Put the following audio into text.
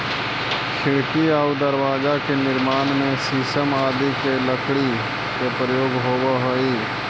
खिड़की आउ दरवाजा के निर्माण में शीशम आदि के लकड़ी के प्रयोग होवऽ हइ